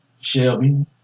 Shelby